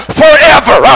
forever